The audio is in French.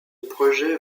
projet